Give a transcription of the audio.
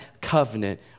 covenant